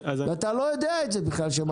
ואתה בכלל לא יודע את זה כשמכרת.